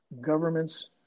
governments